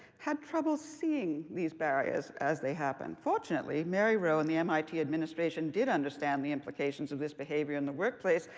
had trouble seeing these barriers as they happened. fortunately mary rowe and the mit administration did understand the implications of this behavior in the workplace,